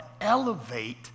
elevate